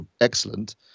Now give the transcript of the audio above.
excellent